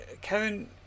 Kevin